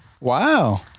Wow